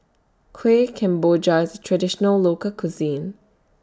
Kuih Kemboja IS Traditional Local Cuisine